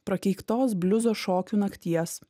prakeiktos bliuzo šokių nakties